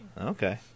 Okay